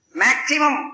maximum